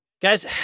Guys